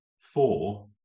four